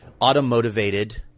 automotivated